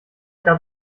gab